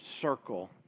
circle